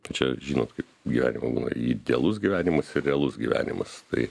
čia žinot kaip gyvenime būna idealus gyvenimas ir realus gyvenimas tai